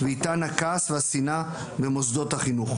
ואיתן הכעס והשנאה במוסדות החינוך.